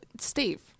Steve